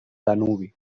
danubi